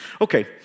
Okay